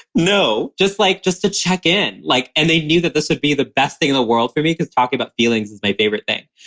no. just like just to check in, like and they knew that this would be the best thing in the world for me because talking about feelings is my favorite thing.